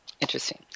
interesting